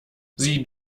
sie